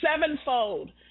sevenfold